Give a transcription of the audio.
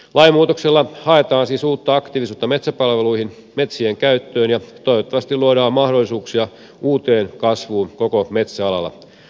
lainmuutoksella haetaan siis uutta aktiivisuutta metsäpalveluihin metsien käyttöön ja toivottavasti luodaan mahdollisuuksia uuteen kasvuun koko metsäalalla